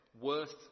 worth